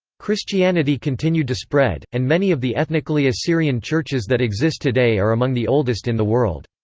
christianity continued to spread, and many of the ethnically assyrian churches that exist today are among the oldest in the world.